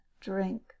drink